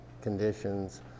conditions